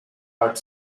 art